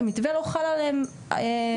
המתווה לא חל עליהם מתחילתו.